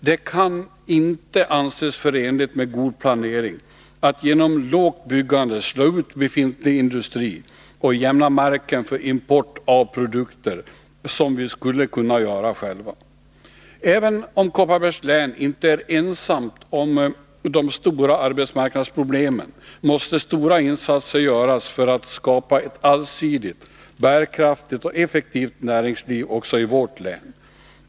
Det kan inte anses förenligt med god planering att genom lågt byggande slå ut befintlig industri och jämna marken för import av produkter som vi skulle kunna göra själva. Även om Kopparbergs län inte är ensamt om de stora arbetsmarknadsproblemen, måste stora insatser göras för att skapa ett allsidigt, bärkraftigt och effektivt näringsliv också i vårt län.